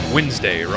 Wednesday